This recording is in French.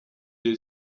est